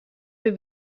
für